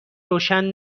روشن